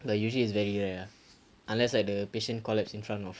but usually it's very rare ah unless like the patient collapse in front of